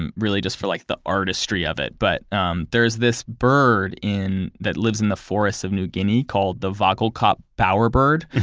and really just for like the artistry of it. but um there's this bird that lives in the forest of new guinea called the vogelkop bowerbird.